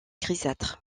grisâtres